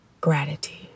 gratitude